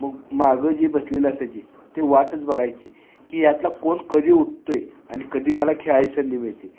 मग मागं जे बसलेलं असायची ते वाटच बघायची की यातला कोण कधी उठतो आहे आणि कधी मला खेळायला संधी मिळते